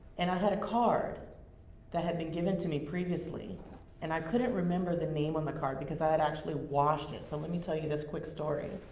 and i had a card that had been given to me previously and i couldn't remember the name on the card, because i had actually washed it so let me tell you this quick story.